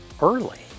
early